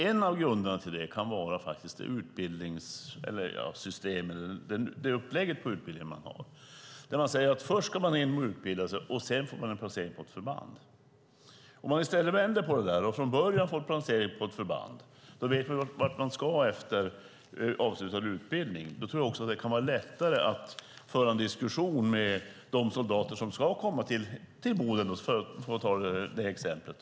En av grunderna till detta kan vara det upplägg på utbildningen som man har. Man säger att soldaterna först ska genomgå en utbildning och sedan få en placering på ett förband. Om man vänder på detta och från början ger dem en placering på ett förband vet de vart de ska efter avslutad utbildning. Då tror jag också att det kan vara lättare att föra en diskussion med de soldater som ska komma till Boden, för att ta det som exempel.